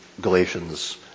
Galatians